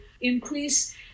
increase